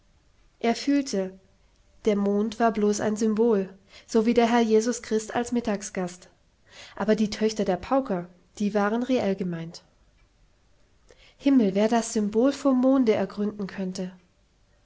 er fühlte der mond war blos ein symbol so wie der herr jesus christ als mittagsgast aber die töchter der pauker die waren reell gemeint himmel wer das symbol vom monde ergründen könnte